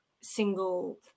single